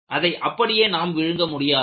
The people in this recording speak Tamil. அதை அப்படியே நாம் விழுங்க முடியாது